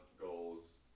goals